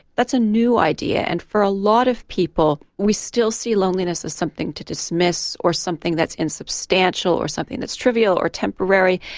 that's a new idea and for a lot of people we still see loneliness as something to dismiss or something that's unsubstantial or something that's trivial or temporary,